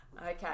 Okay